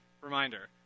Reminder